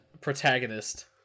protagonist